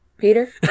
Peter